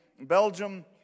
Belgium